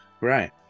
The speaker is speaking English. Right